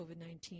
COVID-19